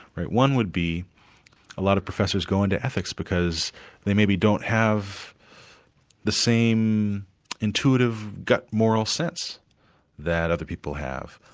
one would be a lot of professors go into ethics because they maybe don't have the same intuitive gut moral sense that other people have,